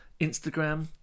Instagram